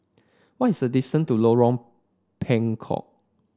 what is the distance to Lorong Bengkok